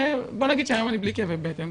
בוא נגיד שהיום אני בלי כאבי בטן,